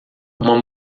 uma